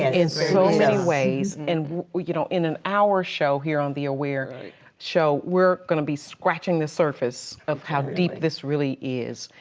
in so many ways. and you know in an hour show here on the aware show, we're gonna be scratching the surface of how deep this really is.